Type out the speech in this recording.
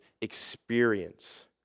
experience